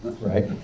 right